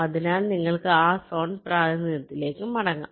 അതിനാൽ നിങ്ങൾക്ക് ആ സോൺ പ്രാതിനിധ്യത്തിലേക്ക് മടങ്ങാം